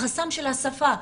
החסם של השפה.